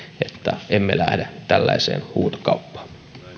että emme lähde tällaiseen huutokauppaan